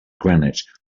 granite